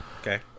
Okay